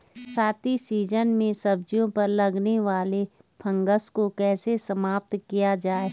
बरसाती सीजन में सब्जियों पर लगने वाले फंगस को कैसे समाप्त किया जाए?